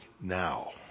now